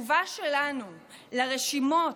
התשובה שלנו לרשימות,